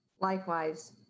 Likewise